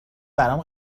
برام